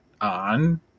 on